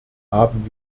haben